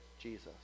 Jesus